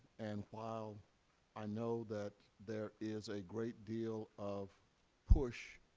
and while i know that there is a great deal of push